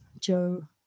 Joe